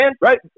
Right